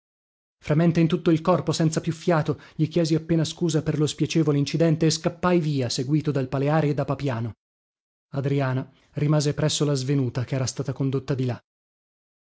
fremente in tutto il corpo senza più fiato gli chiesi appena scusa per lo spiacevole incidente e scappai via seguito dal paleari e da papiano adriana rimase presso la svenuta chera stata condotta di là